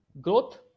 growth